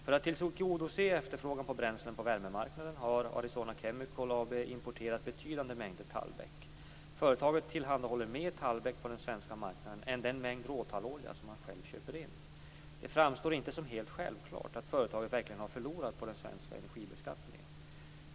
För att tillgodose efterfrågan på bränslen på värmemarknaden har Arizona Chemical AB importerat betydande mängder tallbeck. Företaget tillhandahåller mer tallbeck på den svenska marknaden än den mängd råtallolja som man själv köper in. Det framstår inte som helt självklart att företaget verkligen har förlorat på den svenska energibeskattningen.